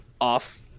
off